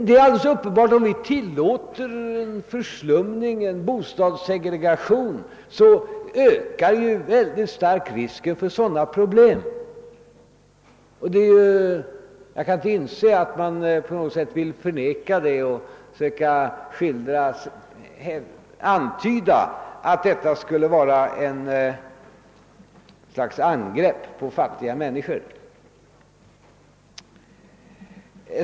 Det är alldeles uppenbart att, om vi tillåter förslumning och bostadssegregation, ökar risken mycket starkt för uppkomsten av sådana problem. Jag kan inte inse att man på något sätt bör förneka detta och försöka antyda att detta konstaterande skulle vara något slags angrepp på fattiga människor.